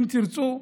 אם תרצו,